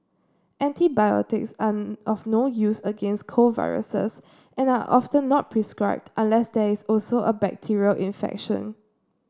antibiotics are of no use against cold viruses and are often not prescribed unless there is also a bacterial infection